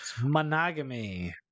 monogamy